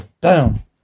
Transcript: down